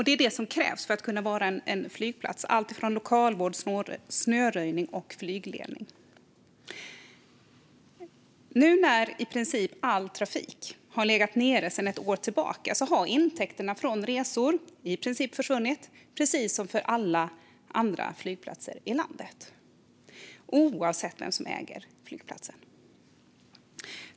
Det är vad som krävs för att vara flygplats, till exempel i form av lokalvård, snöröjning och flygledning. Nu när i princip all trafik har legat nere sedan ett år tillbaka har intäkterna från resor mer eller mindre försvunnit, precis som för alla andra flygplatser i landet - oavsett vem som äger flygplatsen.